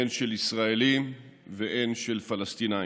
הן של ישראלים והן של פלסטינים.